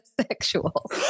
sexual